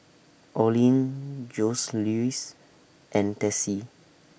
Orlin Joseluis and Tessie